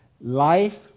Life